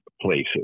places